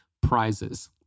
prizes